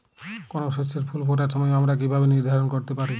কোনো শস্যের ফুল ফোটার সময় আমরা কীভাবে নির্ধারন করতে পারি?